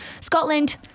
Scotland